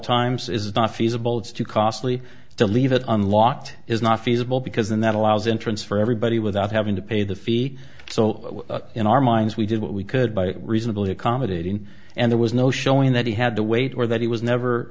times is not feasible it's too costly to leave it unlocked is not feasible because and that allows entrance for everybody without having to pay the fee so in our minds we did what we could by reasonably accommodating and there was no showing that he had the weight or that he was never